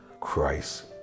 Christ